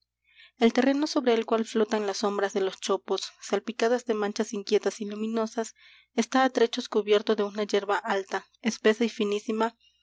el terreno sobre el cual flotan las sombras de los chopos salpicadas de manchas inquietas y luminosas está á trechos cubierto de una yerba alta espesa y finísima